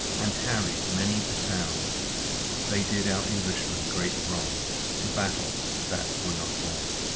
and harried many a town they did our englishmen great wrong to battle that were not bown.